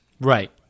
Right